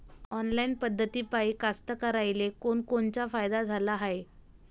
Online पद्धतीपायी कास्तकाराइले कोनकोनचा फायदा झाला हाये?